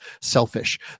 selfish